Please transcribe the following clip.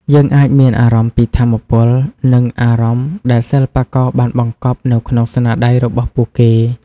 យើងអាចមានអារម្មណ៍ពីថាមពល និងអារម្មណ៍ដែលសិល្បករបានបង្កប់នៅក្នុងស្នាដៃរបស់ពួកគេ។